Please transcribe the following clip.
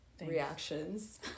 reactions